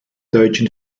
deutschen